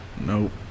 Nope